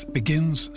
begins